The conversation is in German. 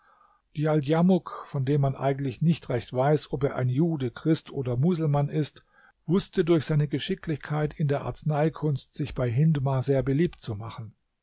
djaldjamuk von dem man eigentlich nicht recht weiß ob er ein jude christ oder muselmann ist wußte durch seine geschicklichkeit in der arzneikunst sich bei hindmar sehr beliebt zu machen